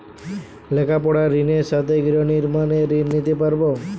লেখাপড়ার ঋণের সাথে গৃহ নির্মাণের ঋণ নিতে পারব?